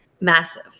Massive